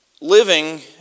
Living